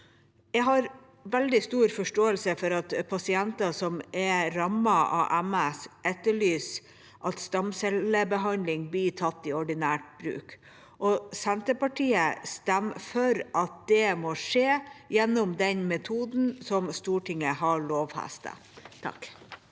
veldig stor forståelse for at pasienter som er rammet av MS, etterlyser at stamcellebehandling blir tatt i ordinær bruk. Senterpartiet stemmer for at det må skje gjennom den den metoden som Stortinget har lovfestet. Bård